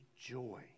joy